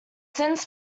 since